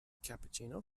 cappuccino